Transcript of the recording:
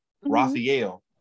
Raphael